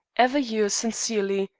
ever yours sincerely,